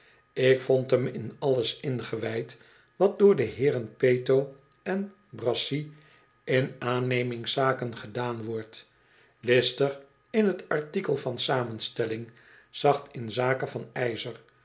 ik vond hem in alles ingewijd wat door de heeren peto en brassey in aannemingszaken gedaan wordt listig in t artikel van samenstelling zacht in zake van ijzer